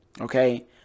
Okay